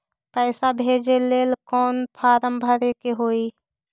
पैसा भेजे लेल कौन फार्म भरे के होई?